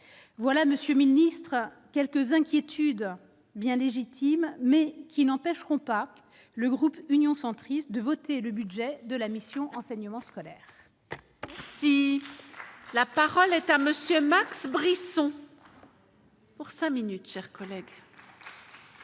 voilà monsieur le ministre, quelques inquiétudes bien légitimes mais qui n'empêcheront pas le groupe Union centriste de voter le budget de la mission enseignement scolaire. Merci, la parole est à monsieur Max Brisson. Pour 5 minutes chers collègues.